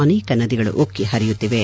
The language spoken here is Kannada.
ಅನೇಕ ನದಿಗಳು ಉಕ್ಕೆ ಪರಿಯುತ್ತಿವೆ